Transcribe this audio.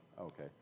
Okay